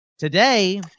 Today